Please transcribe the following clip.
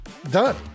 Done